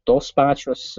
tos pačios